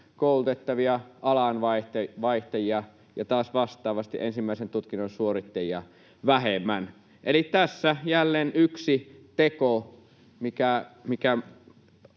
aikuiskoulutettavia alanvaihtajia ja taas vastaavasti ensimmäisen tutkinnon suorittajia vähemmän. Eli tässä jälleen yksi teko, mikä